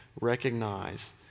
recognize